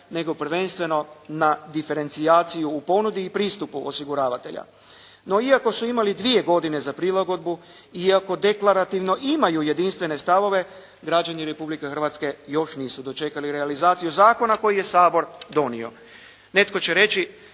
nego prvenstveno na diferencijaciju u ponudi i pristupu osiguravatelja. No, iako su imali dvije godine za prilagodbu i iako deklarativno imaju jedinstvene stavove, građani Republike Hrvatske još nisu dočekali realizaciju zakona koji je Sabor donio. Netko će reći,